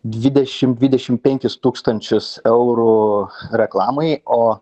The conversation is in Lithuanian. dvidešim dvidešim penkis tūkstančius eurų reklamai o